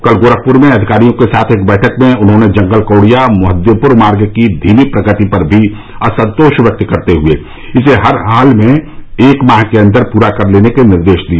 कल गोरखपुर में अधिकारियों के साथ एक बैठक में उन्होंने जंगल कौडिया मोहद्दीपुर मार्ग की धीमी प्रगति पर भी असंतोष करते हुए इसे हर हाल में एक माह के अंदर पूरा कर लेने के निर्देश भी दिए